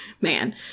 man